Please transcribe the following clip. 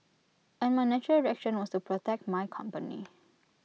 and my natural reaction was to protect my company